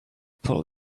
pull